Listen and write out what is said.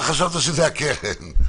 חשבתי שזה לקרן.